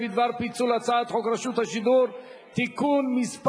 בדבר פיצול הצעת חוק רשות השידור (תיקון מס'